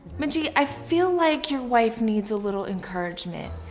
manjeet, i feel like your wife needs a little encouragement.